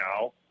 now